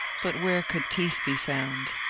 but where could peace be found?